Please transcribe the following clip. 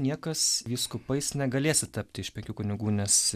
niekas vyskupais negalėsit tapti iš penkių kunigų nes